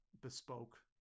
bespoke